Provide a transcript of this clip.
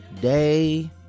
day